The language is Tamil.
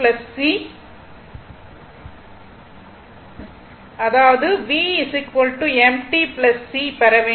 பெற வேண்டும் என்றால் நாம் C யை பெற வேண்டும்